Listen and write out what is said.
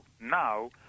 now